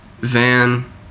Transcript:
van